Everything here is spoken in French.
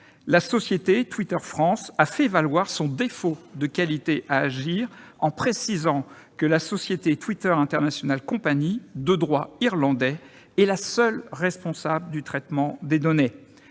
la société Twitter France a fait valoir son défaut de qualité à agir en précisant que la société Twitter International Company, de droit irlandais, est seule responsable du traitement des données.